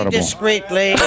discreetly